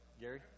Gary